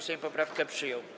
Sejm poprawkę przyjął.